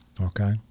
okay